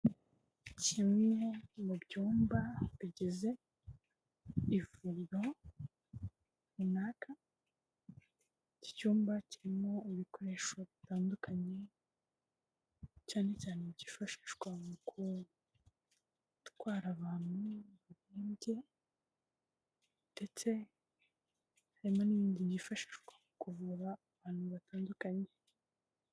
Kimwe mu byumba bigize ivuriro runaka, iki cyumba kirimo ibikoresho bitandukanye cyane cyane byifashishwa mu gutwara abantu bihenge ndetse harimo n'indi yifashishwa mu kuvura abantu batandukanye.